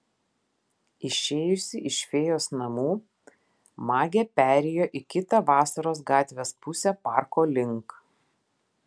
išėjusi iš fėjos namų magė perėjo į kitą vasaros gatvės pusę parko link